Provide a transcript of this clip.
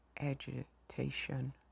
agitation